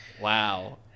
wow